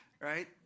right